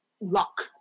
luck